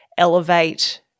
Elevate